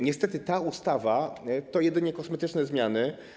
Niestety ta ustawa to jedynie kosmetyczne zmiany.